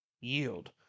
Yield